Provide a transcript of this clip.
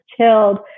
chilled